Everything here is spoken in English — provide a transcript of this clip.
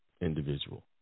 individual